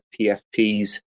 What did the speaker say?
PFPs